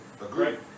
Agreed